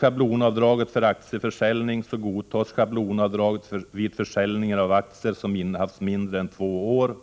Schablonavdraget för aktieförsäljning godtas vid försäljning av aktier som innehafts mindre än två år.